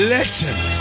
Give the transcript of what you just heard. Legend